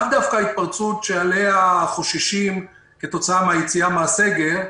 לאו דווקא ההתפרצות שממנה חוששים כתוצאה מיציאה מהסגר,